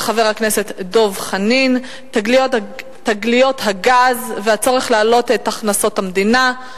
של חבר הכנסת דב חנין: תגליות הגז והצורך להעלות את הכנסות המדינה,